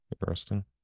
Interesting